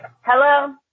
Hello